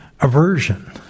aversion